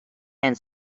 and